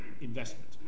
investment